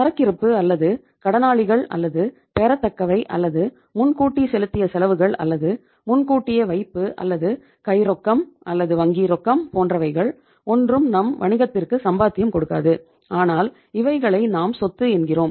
சரக்கிருப்பு அல்லது கடனாளிகள் அல்லது பெறத்தக்கவை அல்லது முன்கூட்டி செலுத்திய செலவுகள் அல்லது முன்கூட்டியே வைப்பு அல்லது கை ரொக்கம் அல்லது வங்கி ரொக்கம் போன்றவைகள் ஒன்றும் நம் வணிகத்திற்கு சம்பாத்தியம் கொடுக்காது ஆனால் இவைகளை நாம் சொத்து என்கிறோம்